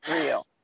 real